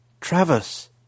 Travis